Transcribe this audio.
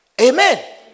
Amen